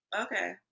Okay